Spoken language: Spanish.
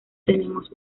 tenemos